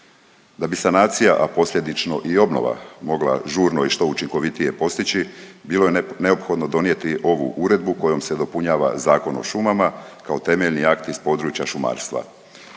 Da bi sanacija, a posljedično i obnova mogla žurno i što učinkovitije postići, bilo je neophodno donijeti ovu Uredbu kojom se dopunjava Zakon o šumama kao temeljni akt iz područja šumarstva.